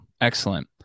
Excellent